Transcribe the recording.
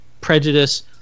prejudice